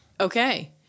Okay